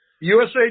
USA